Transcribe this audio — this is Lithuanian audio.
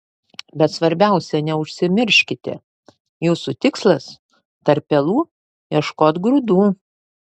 bet svarbiausia neužsimirškite jūsų tikslas tarp pelų ieškot grūdų